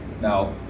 now